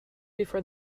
before